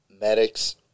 medics